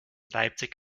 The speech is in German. leipzig